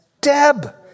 Deb